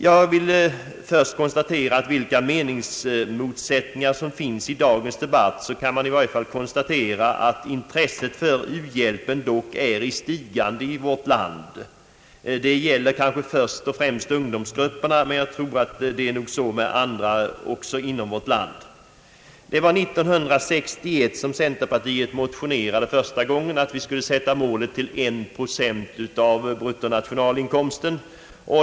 Jag vill först konstatera, att vilka meningsmotsättningar som än finns i dagens debatt kan man i varje fall slå fast att intresset för u-hjälpen är i stigande i vårt land. Detta gäller kanske först och främst ungdomsgrupperna, men jag tror att det förhåller sig likadant med andra grupper i landet. Det var 1961 som centerpartiet första gången motionerade om att målet för uhjälpen skulle sättas till en procent av bruttonationalinkomsten.